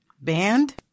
Band